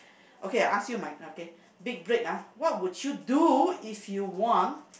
okay ask you mine okay big break ah what would you do if you won